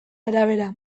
arabera